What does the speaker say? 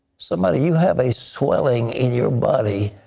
somebody, you have a swelling in your body.